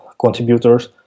contributors